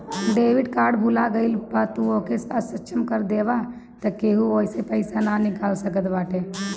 debit card भूला गईला पअ तू ओके असक्षम कर देबाअ तअ केहू ओसे पईसा ना निकाल सकत बाटे